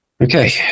Okay